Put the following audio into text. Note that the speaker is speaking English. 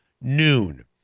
noon